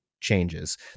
changes